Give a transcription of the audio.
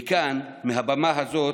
מכאן, מהבמה הזאת,